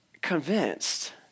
convinced